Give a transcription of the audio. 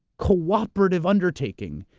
cooperative undertaking,